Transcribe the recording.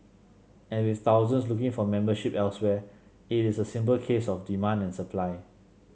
and with thousands looking for membership elsewhere it is a simple case of demand and supply